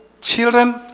children